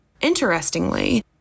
Interestingly